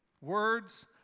Words